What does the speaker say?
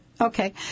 Okay